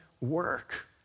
work